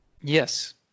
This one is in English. yes